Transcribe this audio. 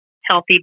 healthy